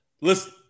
Listen